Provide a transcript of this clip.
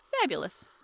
fabulous